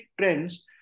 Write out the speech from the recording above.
trends